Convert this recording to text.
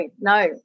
no